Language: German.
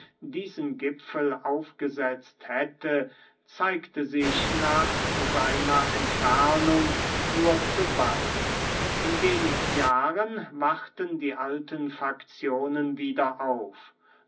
diesen gipfel aufgesetzt hätte zeigte sich nach seiner entfernung nur zu bald in wenig jahren wachten die alten fakzionen wieder auf